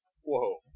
Whoa